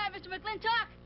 um mr. mclintock.